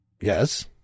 Yes